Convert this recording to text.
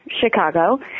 Chicago